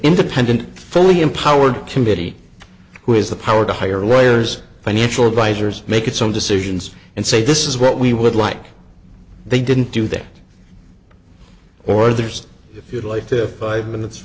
independent fully empowered committee who has the power to hire lawyers financial advisors make its own decisions and say this is what we would like they didn't do that or there's if you'd like to five minutes